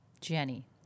Jenny